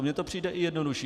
Mně to přijde jednodušší.